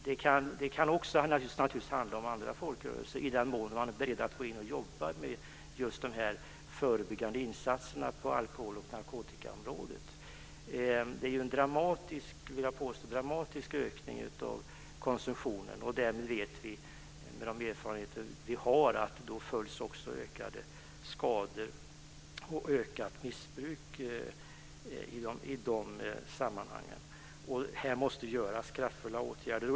Det kan naturligtvis också handla om andra folkrörelser i den mån de är beredda att gå in och jobba med just förebyggande insatser på alkohol och narkotikaområdet. Jag vill påstå att det har skett en dramatisk ökning av konsumtionen. Med de erfarenheter vi har vet vi att det också följs av ökade skador och ökat missbruk. Här måste vi vidta kraftfulla åtgärder.